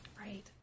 right